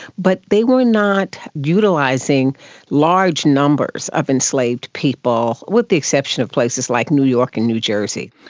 but they were not utilising large numbers of enslaved people, with the exception of places like new york and new jersey.